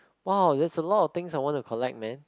!wow! there's a lot of things I want to collect man